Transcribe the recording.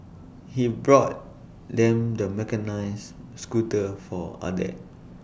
he bought them the mechanised scooter for other